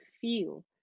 feel